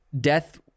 death